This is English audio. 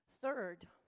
Third